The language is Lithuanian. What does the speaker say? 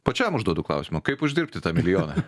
pačiam užduodu klausimą kaip uždirbti tą milijoną